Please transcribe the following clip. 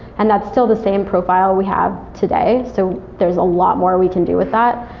and that's still the same profile we have today. so there's a lot more we can do with that.